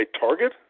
target